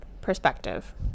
perspective